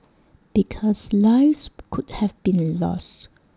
because lives could have been lost